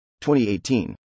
2018